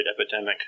epidemic